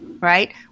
right